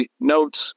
notes